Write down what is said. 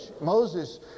Moses